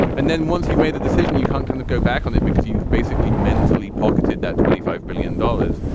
and then once you've made that decision you can't kind of go back on it because you've basically mentally pocketed that twenty five billion dollars.